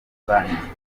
banki